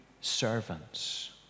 servants